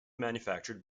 manufactured